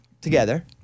together